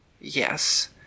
yes